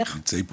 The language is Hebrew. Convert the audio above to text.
נמצאים פה